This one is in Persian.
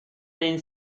این